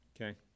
Okay